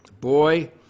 Boy